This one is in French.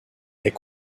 est